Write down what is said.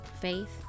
faith